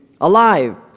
alive